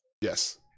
Yes